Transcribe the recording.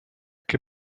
que